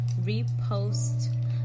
repost